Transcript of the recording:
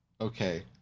Okay